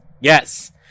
Yes